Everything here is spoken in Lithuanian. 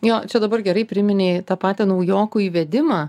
jo čia dabar gerai priminei tą patį naujokų įvedimą